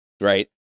right